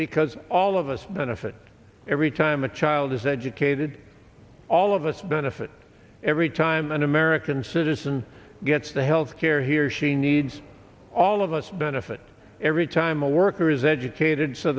because all of us benefit every time a child is educated all of us benefit every time an american citizen gets the health care he or she needs all of us benefit every time a worker is educated so